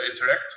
interact